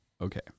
Okay